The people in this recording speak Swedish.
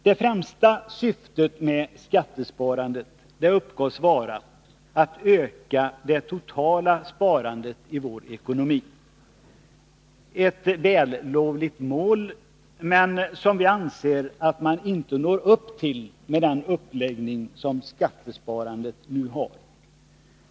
Det främsta syftet med skattesparandet uppgavs vara att öka det totala sparandet i vår ekonomi — ett vällovligt mål, som vi emellertid anser att man inte når med den uppläggning som skattesparandet nu har.